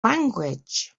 language